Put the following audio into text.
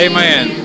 Amen